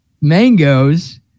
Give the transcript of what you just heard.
Mangoes